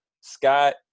Scott